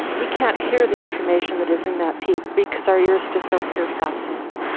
we can't hear the information that is in that peep because our ears just don't hear fast enough.